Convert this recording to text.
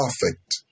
perfect